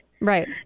right